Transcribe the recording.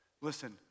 Listen